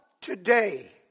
today